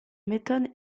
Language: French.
m’étonne